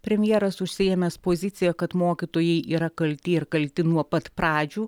premjeras užsiėmęs poziciją kad mokytojai yra kalti ir kalti nuo pat pradžių